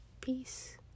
Peace